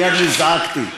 מייד נזעקתי.